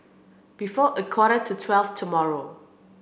before a quarter to twelve tomorrow